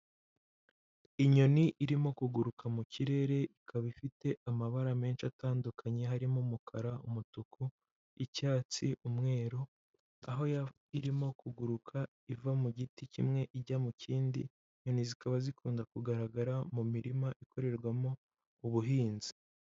Inyoni irimo kuguruka mu kirere ikaba ifite amabara menshi atandukanye harimo: umukara, umutuku, icyatsi, umweru, aho irimo kuguruka iva mu giti kimwe ijya mu kindi; inyoni zikaba zikunda kugaragara mu mirima ikorerwamo ubuhinzi.